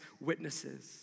witnesses